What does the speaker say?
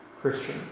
Christian